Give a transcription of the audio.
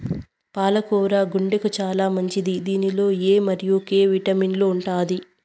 పాల కూర గుండెకు చానా మంచిది దీనిలో ఎ మరియు కే విటమిన్లు ఉంటాయి